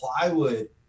plywood